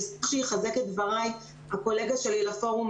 כדי לחזק את דבריי הקולגה שלי לפורום,